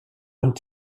und